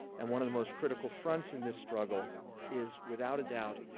and one of the most critical fronts in this struggle is, without a doubt,